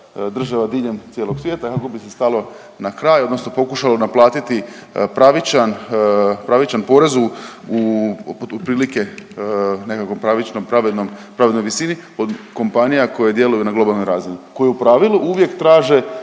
država diljem cijelog svijeta kako bi se stalo na kraj odnosno pokušalo naplatiti pravičan, pravičan porez u otprilike nekako pravičnom, pravednom, pravednoj visini od kompanija koje djeluju na globalnoj razini koje u pravili uvijek traže